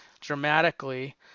dramatically